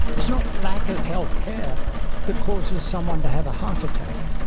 is not lack of health care that causes someone to have a heart attack